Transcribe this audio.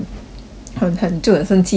很很就很生气他这样子